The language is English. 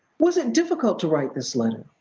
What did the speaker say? was it difficult to write this letter?